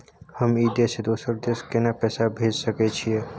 हम ई देश से दोसर देश केना पैसा भेज सके छिए?